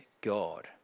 God